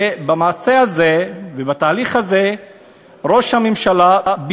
ובמעשה הזה ובתהליך הזה ראש הממשלה הוא